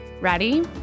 Ready